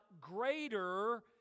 greater